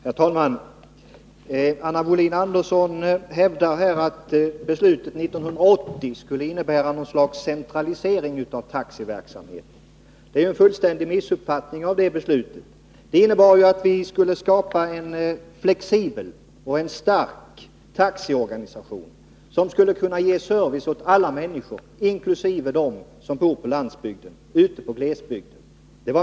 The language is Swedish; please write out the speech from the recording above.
Herr talman! Anna Wohlin-Andersson hävdar här att beslutet från 1980 skulle innebära något slags centralisering av taxiverksamheten. Det är ju en fullständig missuppfattning. Meningen med det beslutet var ju att vi skulle skapa en flexibel och stark taxiorganisation, som skulle kunna ge service åt alla människor, inkl. dem som bor på landsbygden, ute på glesbygden.